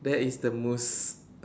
that is the most